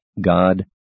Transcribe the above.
God